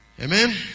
Amen